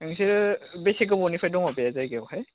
नोंसोर बेसे गोबावनिफ्राय दङ बे जायगायावहाय